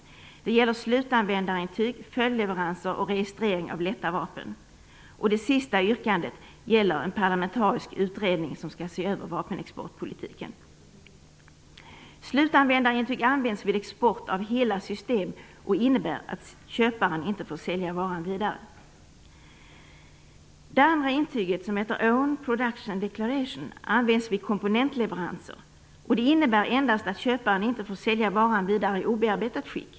Det gäller slutanvändarintyg, följdleveranser och registrering av lätta vapen. Det sista yrkandet gäller en parlamentarisk utredning som skall se över vapenexportpolitiken. Slutanvändarintyg används vid export av hela system och innebär att köparen inte får sälja varan vidare. Det andra intyget, som heter "own production declaration", används vid komponentleveranser. Det innebär endast att köparen inte får sälja varan vidare i obearbetat skick.